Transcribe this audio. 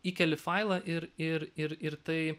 įkeli failą ir ir ir ir tai